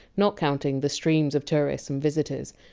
not counting the stream of tourists and visitors.